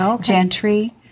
Gentry